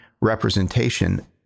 representation